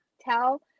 Tell